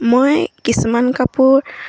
মই কিছুমান কাপোৰ